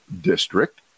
district